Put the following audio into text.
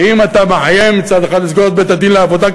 ואם אתה מאיים מצד אחד לסגור את בית-הדין לעבודה,